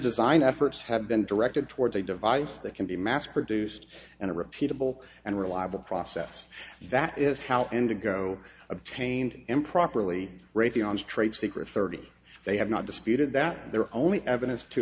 design efforts have been directed towards a device that can be mass produced and a repeatable and reliable process that is how indigo obtained improperly raytheon's trade secret thirty they have not disputed that their only evidence to